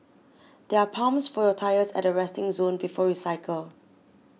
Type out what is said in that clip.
there are pumps for your tyres at the resting zone before you cycle